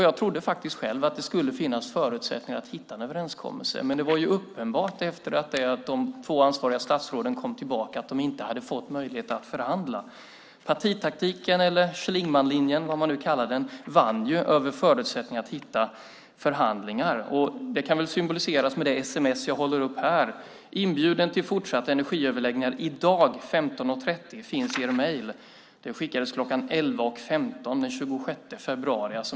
Jag trodde själv att det skulle finnas förutsättningar för att hitta en överenskommelse. Men efter att de två ansvariga statsråden kom tillbaka var det uppenbart att de inte hade fått möjligheten att förhandla. Partitaktiken eller Schlingmannlinjen, vad man nu kallar den, vann över förutsättningen att hitta förhandlingar. Det kan väl symboliseras med det sms jag håller upp här: Inbjudan till fortsatta energiöverläggningar i dag 15.30 finns i er mejl. Detta sms skickades kl. 11.15 den 26 februari.